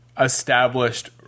established